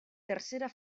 tercera